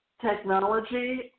technology